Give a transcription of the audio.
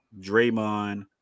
Draymond